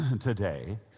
today